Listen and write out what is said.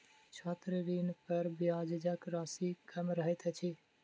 छात्र ऋणपर ब्याजक राशि कम रहैत अछि